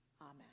Amen